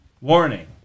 Warning